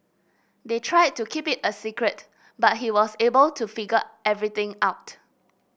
they tried to keep it a secret but he was able to figure everything out